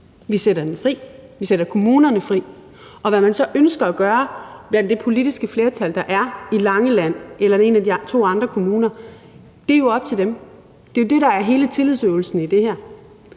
Vi sætter dem fri, vi sætter kommunerne fri, og hvad man så ønsker at gøre i det politiske flertal, der er i Langeland Kommune eller en af de to andre kommuner, er op til dem. Det er jo det, der er hele tillidsøvelsen i det her.